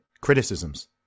criticisms